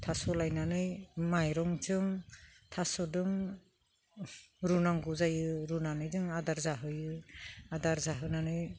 थास' लायनानै माइरंजों थास'जों रुनांगौ जायो रुनानै जों आदार जाहोयो आदार जाहोनानै